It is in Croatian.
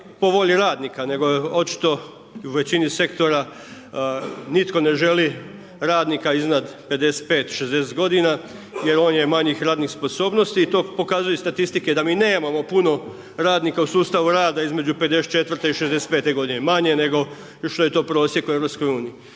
po volji radnika nego očito i u većini sektora nitko ne želi radnika iznad 55, 60 godina jer on je manjih radnih sposobnosti i to pokazuju i statistike da mi nemamo puno radnika u sustavu rada između 54 i 65 godine, manje nego, .../Govornik se